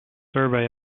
survey